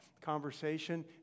Conversation